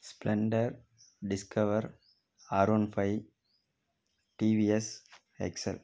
Splendor Discover R one five TVS XL